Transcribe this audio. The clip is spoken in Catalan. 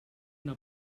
una